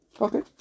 Okay